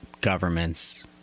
governments